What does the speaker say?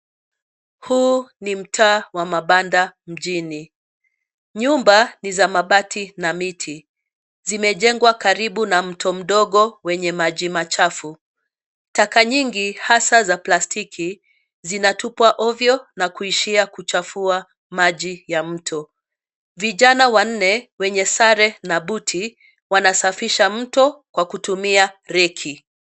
Huu ni mtaa wa mabanda mjini. Nyumba ni za mabati na miti zimejengwa karibu na mto mdogo wenye maji machafu. Taka nyingi hasa za plastiki zinatupwa ovyo na kuishia kuchafua maji ya mto. Vijana wanne wenye sare na buti wanasafisha mto kwa kutumia reki.